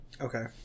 Okay